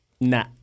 Nah